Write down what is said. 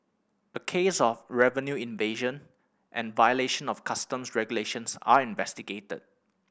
a case of revenue evasion and violation of customs regulations are investigated